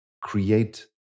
create